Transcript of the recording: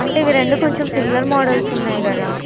అంటే ఇవి రెండు కొంచెం సిమిలర్ మోడల్స్ ఉన్నాయి కదా